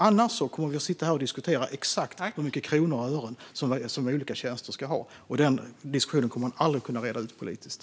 Annars kommer vi att sitta här och diskutera exakt hur många kronor och ören som olika tjänster ska ha. Den diskussionen kommer man aldrig att kunna reda ut politiskt.